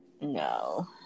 No